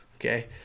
okay